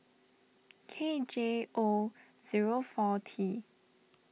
K J O zero four T